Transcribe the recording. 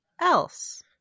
else